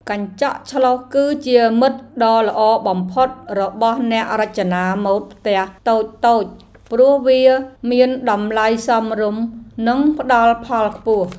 កញ្ចក់ឆ្លុះគឺជាមិត្តដ៏ល្អបំផុតរបស់អ្នករចនាម៉ូដផ្ទះតូចៗព្រោះវាមានតម្លៃសមរម្យនិងផ្តល់ផលខ្ពស់។